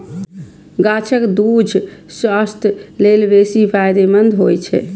गाछक दूछ स्वास्थ्य लेल बेसी फायदेमंद होइ छै